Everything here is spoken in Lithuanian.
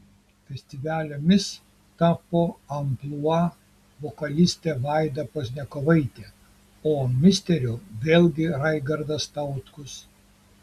festivalio mis tapo amplua vokalistė vaida pozniakovaitė o misteriu vėlgi raigardas tautkus